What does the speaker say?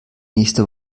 nächste